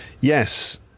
Yes